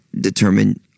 determine